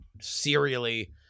serially